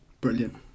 Brilliant